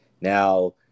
Now